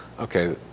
okay